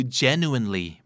genuinely